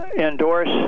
endorse